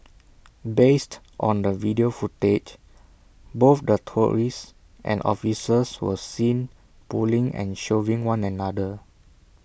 based on the video footage both the tourists and officers were seen pulling and shoving one another